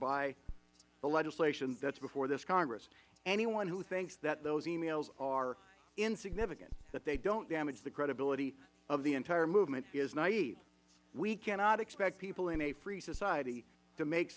by the legislation that is before this congress anyone who thinks that those e mails are insignificant that they don't damage the credibility of the entire movement is naive we cannot expect people in a free society to make